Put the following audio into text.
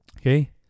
Okay